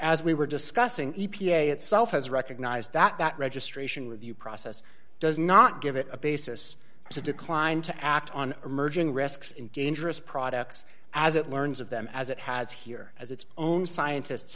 as we were discussing e p a itself has recognized that that registration review process does not give it a basis to decline to act on emerging risks in dangerous products as it learns of them as it has here as its own scientists